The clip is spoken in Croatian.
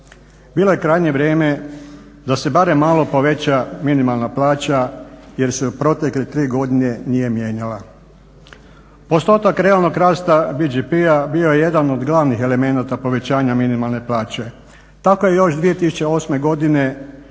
Bilo je krajnje vrijeme da se barem malo poveća minimalna plaća jer se u protekle 3 godine nije mijenjala. Postotak realnog rasta BDP-a bio je jedan od glavnih elemenata povećanja minimalne plaće, tako je još 2008. godine